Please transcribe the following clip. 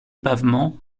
pavement